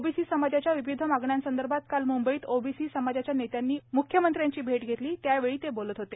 OBC समाजाच्या विविध मागण्यांसंदर्भात काल मुंबईत ओबीसी समाजाच्या नेत्यांनी मुख्यमंत्र्यांची भेट घेतली त्यावेळी ते बोलत होते